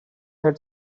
had